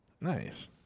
Nice